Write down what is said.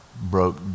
Broke